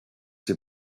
ses